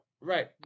Right